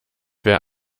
wer